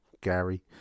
Gary